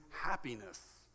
happiness